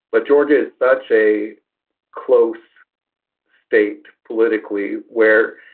but georgia is such a close state politically where